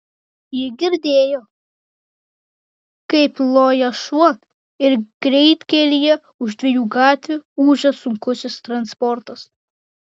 ji girdėjo kaip loja šuo ir greitkelyje už dviejų gatvių ūžia sunkusis transportas